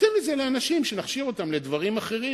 ניתן את זה לאנשים שנכשיר לדברים אחרים.